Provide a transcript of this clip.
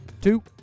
two